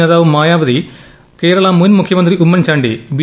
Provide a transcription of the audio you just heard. നേതാവ് മായാവതി കേരള മുൻ മുഖ്യമന്ത്രി ഉമ്മൻചാണ്ടി ബി